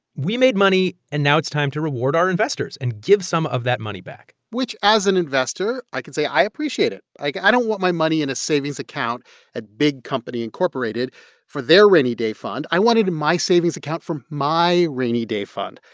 we made money, and now it's time to reward our investors and give some of that money back which as an investor, i can say i appreciate it. like, i don't want my money in a savings account at big company incorporated for their rainy-day fund. i want it in my savings account for my rainy-day fund.